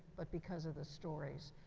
but because of the stories.